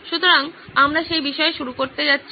সুতরাং আমরা সেই বিষয়ে শুরু করতে যাচ্ছি